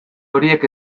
horiek